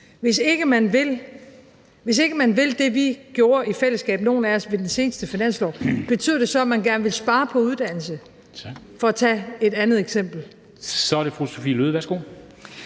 Hvis ikke man vil det, vi gjorde i fællesskab, nogle af os, ved den seneste finanslov, betyder det så, at man gerne vil spare på uddannelse, for at tage et andet eksempel? Kl. 23:28 Formanden (Henrik